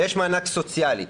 ויש מענק סוציאלי.